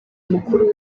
mukuru